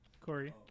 Corey